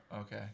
Okay